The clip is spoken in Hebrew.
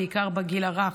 בעיקר בגיל הרך.